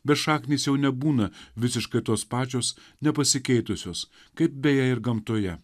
bet šaknys jau nebūna visiškai tos pačios nepasikeitusios kaip beje ir gamtoje